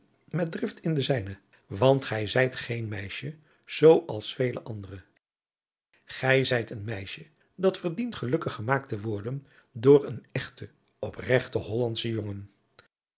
in de zijne want gij zijt geen meisje zoo als vele andere gij zijt een meisje dat verdient gelukkig gemaakt te worden door een echten opregten hollandschen jongen